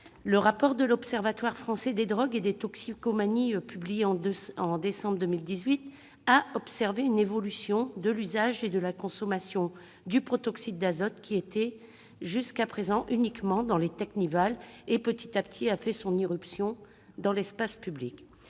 Le rapport que l'Observatoire français des drogues et des toxicomanies a publié au mois de décembre 2018 a relevé une évolution de l'usage et de la consommation du protoxyde d'azote. Jusqu'à présent, c'était uniquement dans les teknivals. Petit à petit, il a fait irruption dans l'espace public.